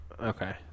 Okay